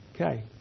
Okay